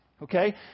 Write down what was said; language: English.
Okay